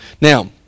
Now